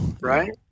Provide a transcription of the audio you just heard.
Right